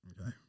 Okay